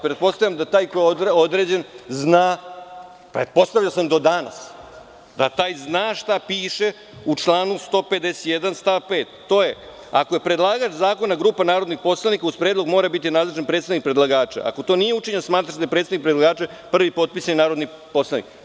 Pretpostavljam da taj koji je određen, pretpostavio sam do danas, da taj zna šta piše u članu 151. stav 5. a to je – ako je predlagač zakona grupa narodnih poslanika, uz predlog mora biti nadležan predstavnik predlagača, a ako to nije učinjeno, smatra se da je predstavnik predlagača prvi potpisani narodni poslanik.